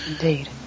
indeed